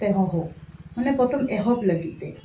ᱛᱮᱦᱚᱸ ᱦᱳᱠ ᱢᱟᱱᱮ ᱯᱚᱨᱛᱷᱚᱢ ᱮᱦᱚᱵ ᱞᱟᱹᱜᱤᱫᱛᱮ